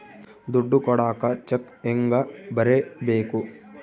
ದುಡ್ಡು ಕೊಡಾಕ ಚೆಕ್ ಹೆಂಗ ಬರೇಬೇಕು?